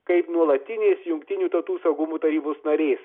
kaip nuolatinės jungtinių tautų saugumo tarybos narės